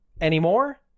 anymore